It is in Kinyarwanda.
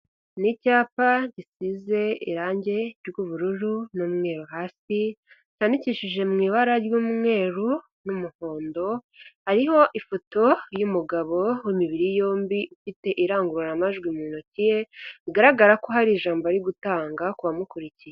Ni icyapa gisize irangi ry'ubururu n'umweru hasi, cyandikishije mu ibara ry'umweru n'umuhondo, hariho ifoto y'umugabo w'imibiri yombi ufite irangururamajwi mu ntoki ye, bigaragara ko hari ijambo ari gutanga kumukurikiye.